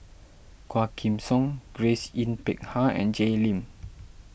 Quah Kim Song Grace Yin Peck Ha and Jay Lim